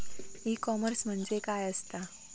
E commerce म्हणजे काय असा?